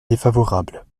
défavorable